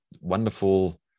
wonderful